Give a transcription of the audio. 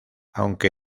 aunque